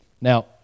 Now